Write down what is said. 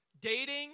dating